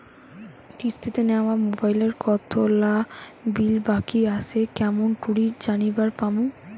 কিস্তিতে নেওয়া মোবাইলের কতোলা বিল বাকি আসে কেমন করি জানিবার পামু?